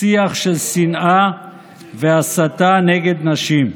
שיח של שנאה והסתה נגד נשים.